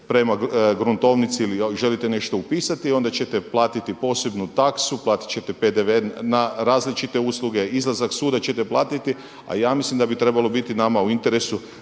prema gruntovnici ili želite nešto upisati onda ćete platiti posebnu taksu, platit ćete PDV na različite usluge. Izlazak suda ćete platiti, a ja mislim da bi trebalo biti u interesu